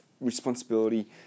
responsibility